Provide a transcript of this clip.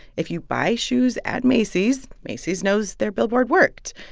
if you buy shoes at macy's, macy's knows their billboard worked.